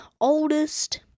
Oldest